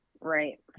right